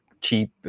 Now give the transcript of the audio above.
cheap